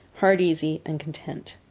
heart-easy and content.